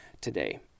today